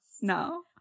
No